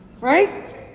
right